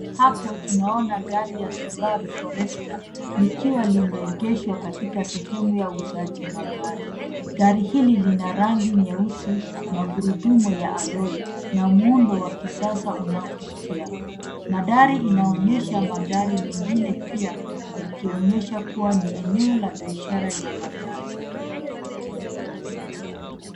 Hapo tunaona gari ya Subaru Forester likiwa limeegeshwa katika sehemu ya uuzaji magari. Gari hili lina rangi nyeusi, magurudumu ya aloi na muundo wa kisasa unaovutia. Na dari inaonyesha magari mengine pia yakionyesha kuwa ni eneo la biashara ya magari.